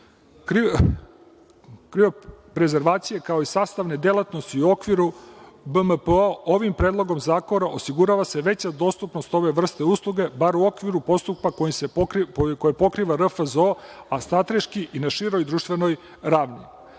krio prezervacije, kao i sastavne delatnosti u okviru BMPO, ovim Predlogom zakona osigurava se veća dostupnost ove vrste usluge, bar u okviru postupka koje pokriva RFZO, a strateški i na široj društvenoj ravni.